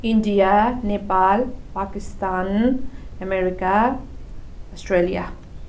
India Nepal Pakistan America Australia